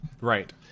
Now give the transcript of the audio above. right